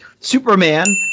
Superman